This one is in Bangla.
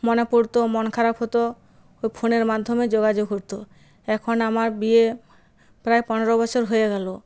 মনে পড়তো মন খারাপ হতো ওই ফোনের মাধ্যমে যোগাযোগ ঘটতো এখন আমার বিয়ে প্রায় পনেরো বছর হয়ে গেল